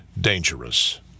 dangerous